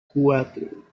cuatro